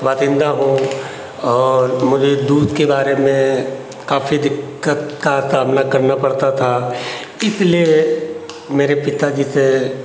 बासींदा हूँ और मुझे दूध के बारे में काफ़ी दिक्कत का सामना करना पड़ता था इसलिये मेरे पिता जी से